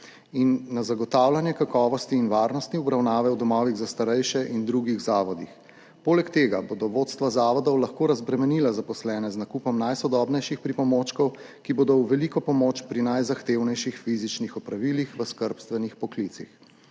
in na zagotavljanje kakovosti in varnosti obravnave v domovih za starejše in drugih zavodih. Poleg tega bodo vodstva zavodov lahko razbremenila zaposlene z nakupom najsodobnejših pripomočkov, ki bodo v veliko pomoč pri najzahtevnejših fizičnih opravilih v skrbstvenih poklicih.